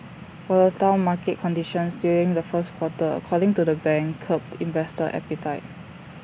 volatile market conditions during the first quarter according to the bank curbed investor appetite